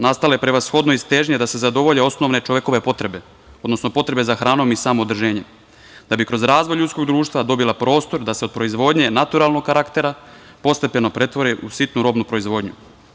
Nastala je prevashodno iz težnje da se zadovolje osnovne čovekove potrebe, odnosno potrebe za hranom i samoodrženjem, da bi kroz razvoj ljudskog društva dobila prostor da se od proizvodnje naturalnog karaktera postepeno pretvori u sitnu robnu proizvodnju.